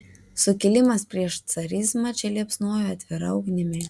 sukilimas prieš carizmą čia liepsnojo atvira ugnimi